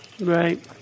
Right